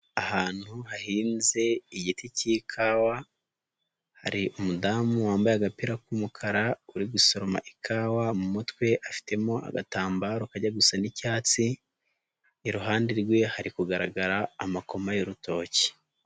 Ahantu hahinze igiti cy'ikawa, hari umudamu wambaye agapira k'umukara uri gusoroma ikawa mu mutwe afitemo agatambaro kajya gusana n'icyatsi, iruhande rwe hari kugaragara amakoma y'urutoki.